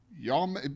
Y'all